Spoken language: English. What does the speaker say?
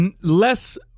less